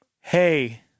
Hey